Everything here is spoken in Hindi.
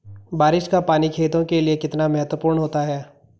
बारिश का पानी खेतों के लिये कितना महत्वपूर्ण होता है?